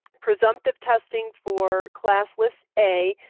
presumptive testing for class list a.